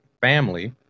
family